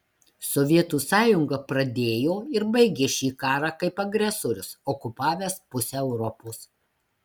sovietų sąjunga pradėjo ir baigė šį karą kaip agresorius okupavęs pusę europos